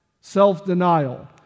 Self-denial